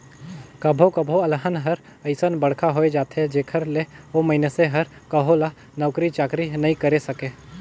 कभो कभो अलहन हर अइसन बड़खा होए जाथे जेखर ले ओ मइनसे हर कहो ल नउकरी चाकरी नइ करे सके